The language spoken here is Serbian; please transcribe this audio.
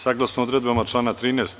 Saglasno odredbama člana 13.